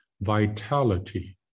Vitality